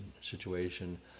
situation